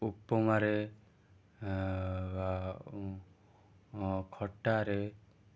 ଉପମାରେ ଖଟାରେ